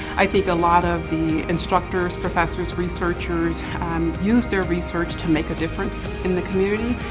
i think a lot of the instructors, professors, researchers um use their research to make a difference in the community.